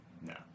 No